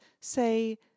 Say